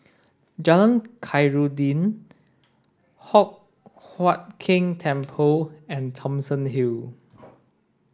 Jalan Khairuddin Hock Huat Keng Temple and Thomson Hill